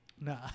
nah